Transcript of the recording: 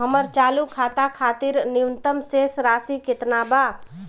हमर चालू खाता खातिर न्यूनतम शेष राशि केतना बा?